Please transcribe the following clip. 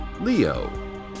Leo